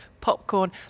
popcorn